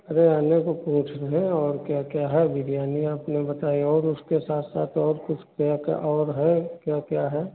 अरे आने को सोच रहे हैं और क्या क्या है बिरयानी आपने बताई और उसके साथ साथ और कुछ क्या क्या और है क्या क्या है